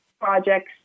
projects